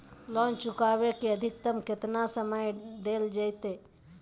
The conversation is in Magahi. लोन चुकाबे के अधिकतम केतना समय डेल जयते?